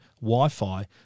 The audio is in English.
wi-fi